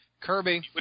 Kirby